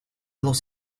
dos